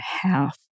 half